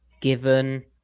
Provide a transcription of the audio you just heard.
given